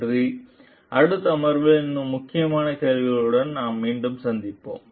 நன்றி அடுத்த அமர்வில் இன்னும் முக்கியமான கேள்விகளுடன் நாம் மீண்டும் சந்திப்போம்